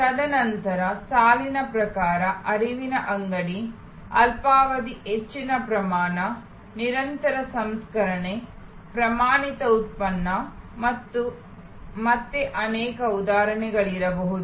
ತದನಂತರ ಸಾಲಿನ ಪ್ರಕಾರ ಹರಿವಿನ ಅಂಗಡಿ ಅಲ್ಪಾವಧಿ ಹೆಚ್ಚಿನ ಪ್ರಮಾಣ ನಿರಂತರ ಸಂಸ್ಕರಣೆ ಪ್ರಮಾಣಿತ ಉತ್ಪನ್ನ ಮತ್ತು ಮತ್ತೆ ಅನೇಕ ಉದಾಹರಣೆಗಳಿರಬಹುದು